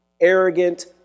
arrogant